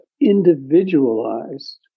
individualized